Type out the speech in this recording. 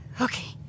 Okay